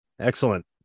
Excellent